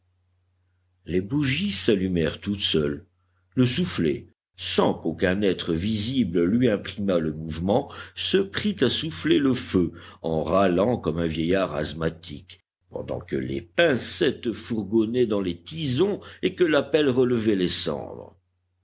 les bougies s'allumèrent toutes seules le soufflet sans qu'aucun être visible lui imprimât le mouvement se prit à souffler le feu en râlant comme un vieillard asthmatique pendant que les pincettes fourgonnaient dans les tisons et que la pelle relevait les cendres